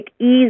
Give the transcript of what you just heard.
easy